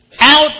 out